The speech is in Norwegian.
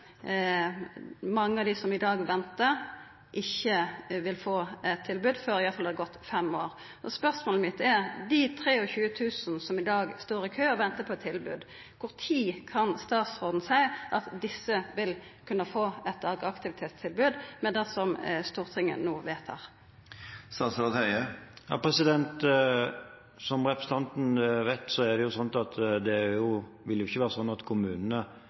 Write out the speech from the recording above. mange av dei som ventar i dag, ikkje vil få eit tilbod før det iallfall er gått fem år. Spørsmålet mitt er: Dei 23 000 som i dag står i kø og ventar på eit tilbod, kva tid kan statsråden seia at desse vil kunna få eit dagaktivitetstilbod, ut frå det som Stortinget no vedtar? Som representanten vet, vil det ikke være slik at kommunene venter til 2020 med å etablere tilbudet. Det at